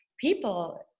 people